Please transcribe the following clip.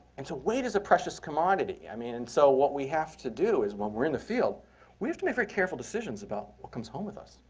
and so weight is a precious commodity. i mean and so what we have to do is when we're in the field we have to make very careful decisions about what comes um with us,